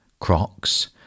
Crocs